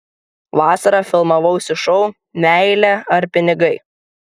vasarą filmavausi šou meilė ar pinigai